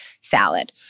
salad